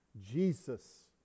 Jesus